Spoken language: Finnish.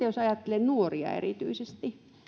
jos ajattelen nuoria erityisesti